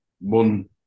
one